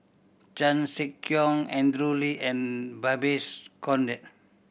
Chan Sek Keong Andrew Lee and Babes Conde